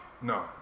No